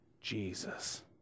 Jesus